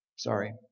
Sorry